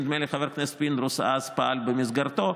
נדמה לי שחבר הכנסת פינדרוס אז פעל במסגרתו,